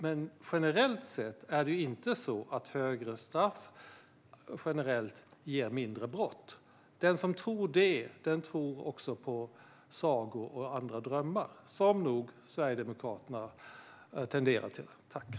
Men generellt sett ger inte högre straff färre brott. Den som tror det tror också på sagor och andra drömmar, vilket nog Sverigedemokraterna tenderar att göra.